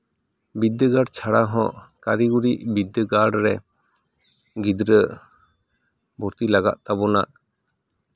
ᱵᱤᱫᱽᱫᱟᱹᱜᱟᱲ ᱪᱷᱟᱲᱟ ᱦᱚᱸ ᱠᱟᱹᱨᱤᱜᱚᱨᱤ ᱵᱤᱫᱽᱫᱟᱹᱜᱟᱲ ᱨᱮ ᱜᱤᱫᱽᱨᱟᱹ ᱵᱷᱚᱨᱛᱤ ᱞᱟᱜᱟᱜ ᱛᱟᱵᱚᱱᱟ